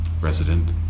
resident